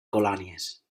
colònies